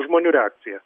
žmonių reakcija